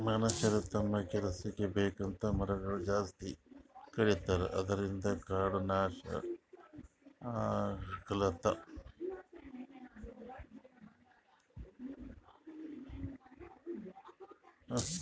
ಮನಷ್ಯರ್ ತಮ್ಮ್ ಕೆಲಸಕ್ಕ್ ಬೇಕಂತ್ ಮರಗೊಳ್ ಜಾಸ್ತಿ ಕಡಿತಾರ ಅದ್ರಿನ್ದ್ ಕಾಡ್ ನಾಶ್ ಆಗ್ಲತದ್